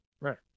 right